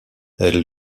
elle